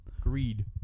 Greed